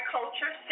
Culture